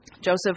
Joseph